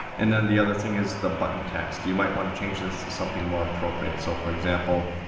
and then the other thing is the button text. you might wanna change this to something more appropriate. so for example,